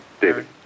David